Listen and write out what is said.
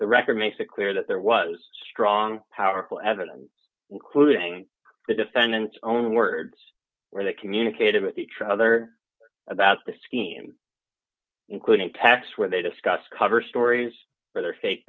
the record makes it clear that there was strong powerful evidence including the defendant's own words where they communicated with each other about the scheme including tax where they discuss cover stories for their fake